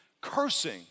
cursing